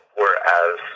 whereas